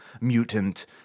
mutant